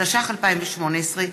התשע"ח 2018,